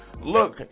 Look